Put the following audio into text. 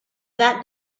that